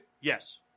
Yes